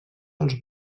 els